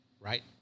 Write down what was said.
right